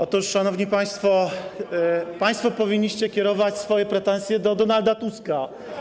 Otóż, szanowni państwo, państwo powinniście kierować swoje pretensje do Donalda Tuska.